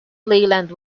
leyland